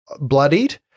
bloodied